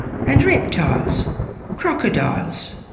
and reptiles crocodiles,